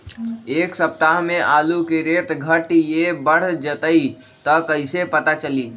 एक सप्ताह मे आलू के रेट घट ये बढ़ जतई त कईसे पता चली?